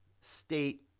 state